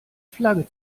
flagge